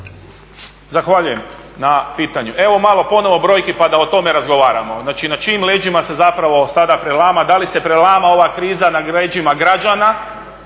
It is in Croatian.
Zahvaljujem na pitanju. Evo, malo ponovo brojki pa da o tome razgovaramo. Znači, na čijim leđima se zapravo sada prelama, da li se prelama ova kriza na leđima građana